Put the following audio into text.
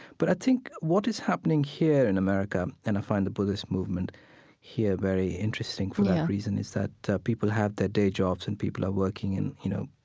but i think what is happening here in america, and i find the buddhist movement here very interesting for that reason, is that that people have their day jobs and people are working in, you know,